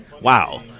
Wow